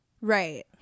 right